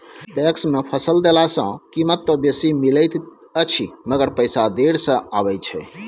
PACS मे फसल देला सॅ कीमत त बेसी मिलैत अछि मगर पैसा देर से आबय छै